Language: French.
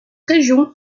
région